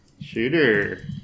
Shooter